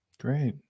Great